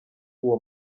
uwo